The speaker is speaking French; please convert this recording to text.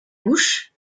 bouche